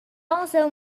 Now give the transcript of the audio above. also